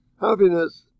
happiness